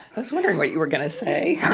i was wondering what you were gonna say